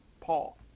Paul